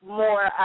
more